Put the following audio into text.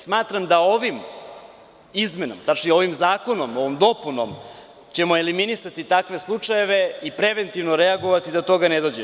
Smatram da ovim izmenama, tačnije ovim zakonom, ovom dopunom, ćemo eliminisati takve slučajeve i preventivno reagovati da do toga ne dođe.